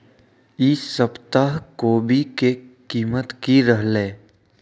ई सप्ताह कोवी के कीमत की रहलै?